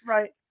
Right